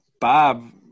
Bob